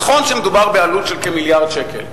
נכון שמדובר בעלות של כמיליארד שקל,